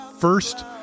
first